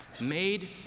made